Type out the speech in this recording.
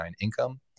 income